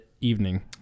evening